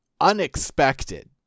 unexpected